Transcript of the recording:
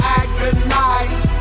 agonize